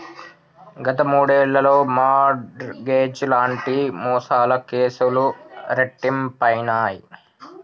గత మూడేళ్లలో mortgage లాంటి మోసాల కేసులు రెట్టింపయినయ్